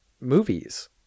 movies